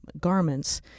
garments